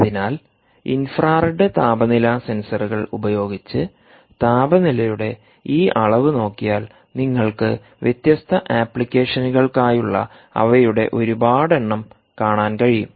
അതിനാൽ ഇൻഫ്രാറെഡ് താപനില സെൻസറുകൾ ഉപയോഗിച്ച് താപനിലയുടെ ഈ അളവ് നോക്കിയാൽ നിങ്ങൾക്ക് വ്യത്യസ്ത അപ്ലിക്കേഷനുകൾ ക്കായുളള അവയുടെ ഒരുപാട് എണ്ണം കാണാൻ കഴിയും